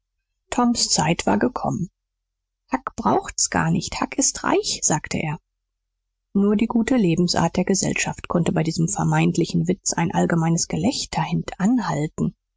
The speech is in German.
toms zeit war gekommen huck braucht's gar nicht huck ist reich sagte er nur die gute lebensart der gesellschaft konnte bei diesem vermeintlichen witz ein allgemeines gelächter